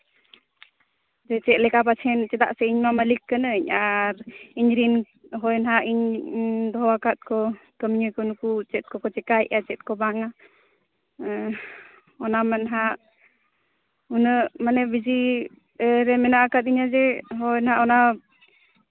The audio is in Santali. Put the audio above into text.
ᱡᱮ ᱪᱮᱫᱞᱮᱠᱟ ᱯᱟᱥᱮᱱ ᱪᱮᱫᱟᱜ ᱥᱮ ᱤᱧ ᱢᱟ ᱢᱟᱞᱤᱠ ᱠᱟᱹᱱᱟᱹᱧ ᱟᱨ ᱤᱧ ᱨᱤᱱ ᱦᱚᱲ ᱦᱟᱸᱜ ᱤᱧ ᱫᱚᱦᱚᱣᱟᱠᱟᱫ ᱠᱚ ᱠᱟᱹᱢᱭᱟᱹ ᱠᱚ ᱱᱩᱠᱩ ᱪᱮᱫ ᱠᱚᱠᱚ ᱪᱮᱠᱟᱭᱮᱫᱼᱟ ᱪᱮᱫ ᱠᱚ ᱵᱟᱝᱟ ᱚᱱᱟ ᱢᱟ ᱱᱟᱜ ᱩᱱᱟᱹᱜ ᱢᱟᱱᱮ ᱵᱤᱡᱤ ᱤᱭᱟᱹᱨᱮ ᱢᱮᱱᱟᱜ ᱠᱟᱹᱫᱤᱧᱟ ᱡᱮ ᱦᱳᱭ ᱱᱟᱜ ᱚᱱᱟ